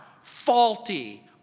faulty